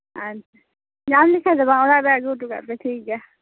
ᱟᱪᱪᱷᱟ ᱧᱟᱢ ᱞᱮᱠᱷᱟᱡ ᱫᱚ ᱵᱟᱝ ᱚᱲᱟᱜ ᱨᱮ ᱟᱹᱜᱩ ᱦᱚᱴᱚ ᱠᱟᱜ ᱯᱮ ᱴᱷᱤᱠᱜᱮᱭᱟ